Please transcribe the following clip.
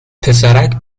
پسرک